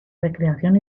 recreación